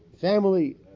family